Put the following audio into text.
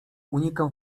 unikam